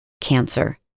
cancer